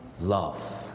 love